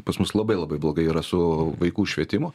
pas mus labai labai blogai yra su vaikų švietimu